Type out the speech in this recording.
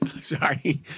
sorry